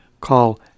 Call